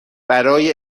برای